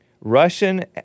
Russian